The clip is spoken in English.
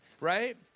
Right